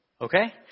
Okay